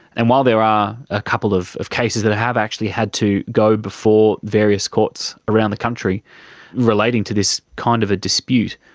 and while there are ah couple of of cases that have actually had to go before various courts around the country relating to this kind of a dispute,